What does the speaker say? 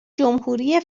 جمهوری